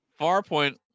Farpoint